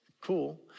Cool